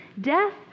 death